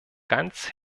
ganz